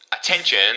Attention